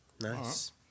Nice